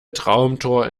traumtor